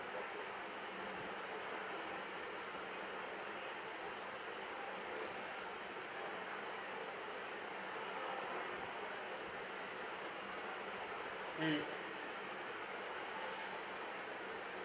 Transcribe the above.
mm